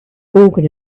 organ